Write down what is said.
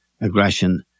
aggression